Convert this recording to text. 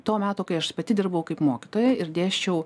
to meto kai aš pati dirbau kaip mokytoja ir dėsčiau